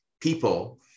people